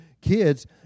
kids